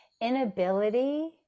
inability